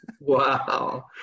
wow